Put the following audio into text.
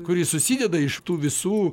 kuris susideda iš tų visų